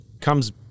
comes